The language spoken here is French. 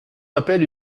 appelle